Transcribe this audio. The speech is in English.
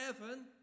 heaven